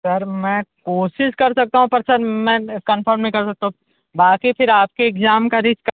sir मैं कोशिश कर सकता हूँ पर सर मैं कंफर्म नहीं कर सकता बाकी फिर आपके एग्जाम का रिस्क हैं